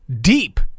deep